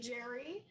Jerry